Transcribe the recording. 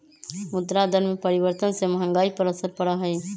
मुद्रा दर में परिवर्तन से महंगाई पर असर पड़ा हई